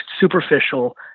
superficial